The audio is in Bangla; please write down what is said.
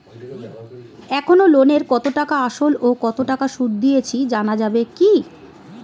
এখনো লোনের কত টাকা আসল ও কত টাকা সুদ দিয়েছি জানা যাবে কি?